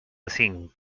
cinc